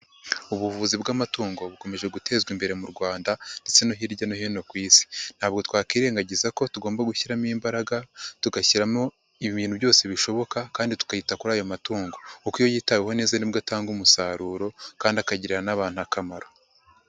Ubuvuzi bw'amatungo bukomeje gutezwa imbere mu Rwanda ndetse no hirya no hino ku isi. Ntabwo twakirengagiza ko tugomba gushyiramo imbaraga, tugashyiramo ibintu byose bishoboka kandi tukita kuri ayo matungo kuko iyo yitaweho neza nibwo atanga umusaruro kandi akagirira n'abantu akamaro.